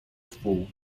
wpół